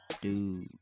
dude